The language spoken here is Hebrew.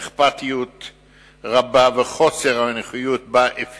אכפתיות רבה וחוסר אנוכיות שבהן